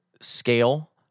scale